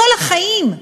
כל החיים,